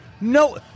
No